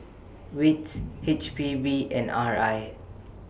WITS H P B and R I